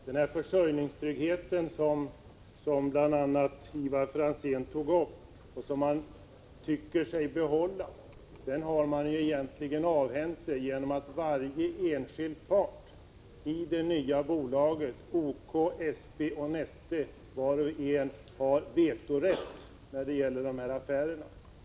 Den försörjningstrygghet som bl.a. Ivar Franzén tog upp och som man tycker sig behålla har man egentligen avhänt sig, genom att varje enskild part i det nya bolaget — OK, SP och Neste — har vetorätt när det gäller dessa affärer.